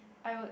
I would